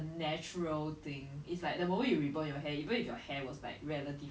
live and let live like just fight for the more like extreme thing things that actually